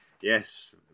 Yes